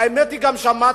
האמת היא ששמעתי,